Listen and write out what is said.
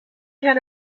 had